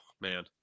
man